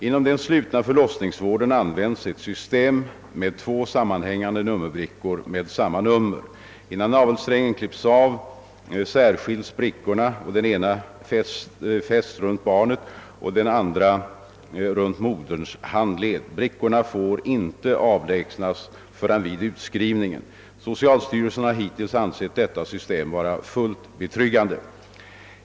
Inom den slutna förlossningsvården används ett system med två sammanhängande nummerbrickor med samma nummer. Innan navelsträngen klipps av särskils brickorna och den ena fästs runt barnets och den andra runt moderns handled. Brickorna får inte avlägsnas förrän vid utskrivningen. Socialstyrelsen har hittills ansett detta system vara fullt betryggande.